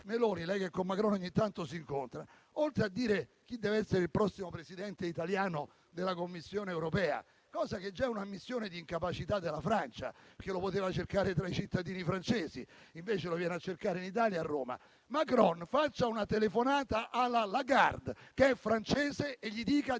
Meloni, lei con Macron ogni tanto si incontra. Oltre a dire chi deve essere il prossimo Presidente italiano della Commissione europea - cosa che già è un'ammissione di incapacità della Francia, che lo poteva cercare tra i cittadini francesi e invece lo viene a cercare in Italia e a Roma - Macron faccia una telefonata alla Lagarde, che è francese, e le dica di